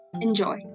Enjoy